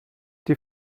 die